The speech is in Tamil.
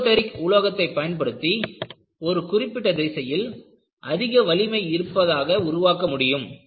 ஈஸோடெரிக் உலோகத்தை பயன்படுத்தி ஒரு குறிப்பிட்ட திசையில் அதிக வலிமை இருப்பதாக உருவாக்க முடியும்